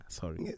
sorry